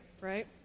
right